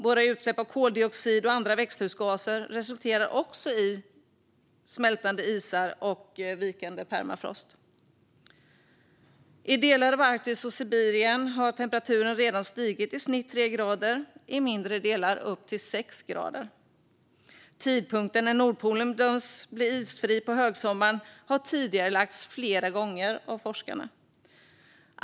Våra utsläpp av koldioxid och andra växthusgaser resulterar också i smältande isar och vikande permafrost. I delar av Arktis och Sibirien har temperaturen redan stigit i snitt 3 grader, och i mindre områden upp till 6 grader. Tidpunkten när Nordpolen bedöms bli isfri på högsommaren har tidigarelagts flera gånger av forskarna.